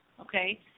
okay